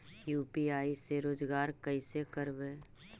UPI से रोजगार कैसे करबय?